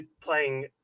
playing